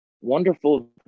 wonderful